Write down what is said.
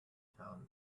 tell